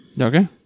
Okay